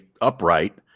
upright